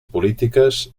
polítiques